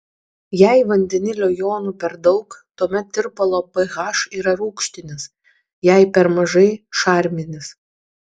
jei vandenilio jonų per daug tuomet tirpalo ph yra rūgštinis jei per mažai šarminis